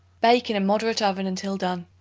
bake in a moderate oven until done.